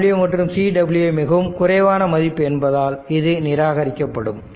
Rw மற்றும் Cw மிகவும் குறைவான மதிப்பு என்பதால் இது நிராகரிக்கப்படும்